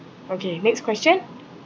okay next question